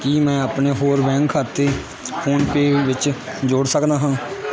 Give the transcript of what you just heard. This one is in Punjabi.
ਕੀ ਮੈਂ ਆਪਣੇ ਹੋਰ ਬੈਂਕ ਖਾਤੇ ਫੋਨਪੇ ਵਿੱਚ ਜੋੜ ਸਕਦਾ ਹਾਂ